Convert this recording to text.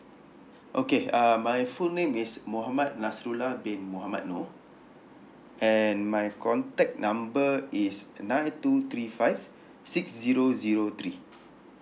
okay uh my full name is mohammed nasrullah bin mohammed nor and my contact number is nine two three five six zero zero three